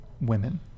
women